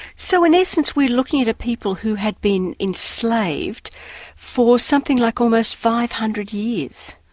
so in essence, we're looking at a people who had been enslaved for something like almost five hundred years.